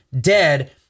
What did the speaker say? dead